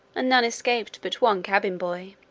and none escaped but one cabin boy.